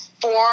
four